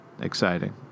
exciting